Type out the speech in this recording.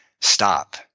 stop